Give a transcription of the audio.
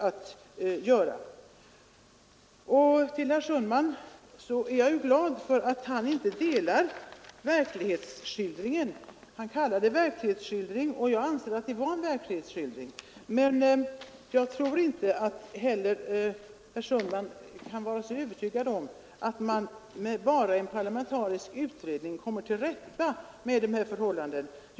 Till herr Sundman vill jag säga att han kallar min skildring för verklighetsskildring med frågetecken. Jag anser att min skildring är korrekt. Men herr Sundman kan väl inte heller vara övertygad om att man med bara en parlamentarisk utredning kan komma till rätta med de påtalade missförhållandena.